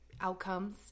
outcomes